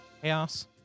chaos